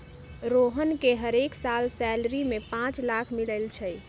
रोहन के हरेक साल सैलरी में पाच लाख मिलई छई